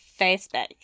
Facebook